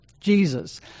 Jesus